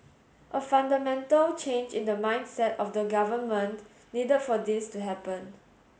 a fundamental change in the mindset of the government needed for this to happen